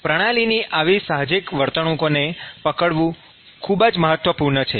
પ્રણાલીની આવી સાહજિક વર્તણૂકોને પકડવું ખૂબ જ મહત્વપૂર્ણ છે